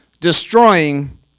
destroying